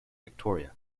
victoria